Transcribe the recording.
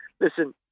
listen